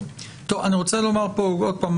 אני רוצה לומר פה עוד פעם,